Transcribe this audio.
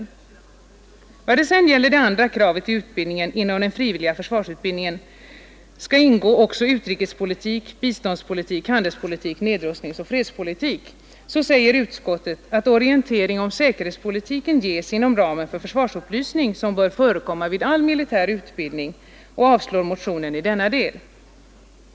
I vad sedan gäller det andra kravet att i utbildningen inom den frivilliga försvarsutbildningen skall ingå också utrikespolitik, biståndspolitik, handelspolitik, nedrustningsoch fredspolitik säger utskottet: ”Orientering om säkerhetspolitiken ges inom ramen för den försvarsupplysning som bör förekomma vid all militär utbildning” och avstyrker motionen i denna del.